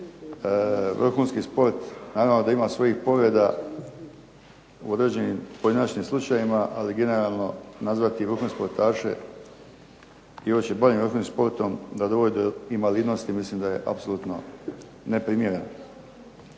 Vrhunski sport naravno da ima svojih povreda u određenim pojedinačnim slučajevima, ali generalno nazvati vrhunske sportaše i uopće bavljenje vrhunskim sportom da dovodi do invalidnosti mislim da je apsolutno neprimjereno.